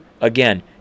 Again